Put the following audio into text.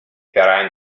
vereint